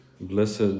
blessed